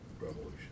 Revolution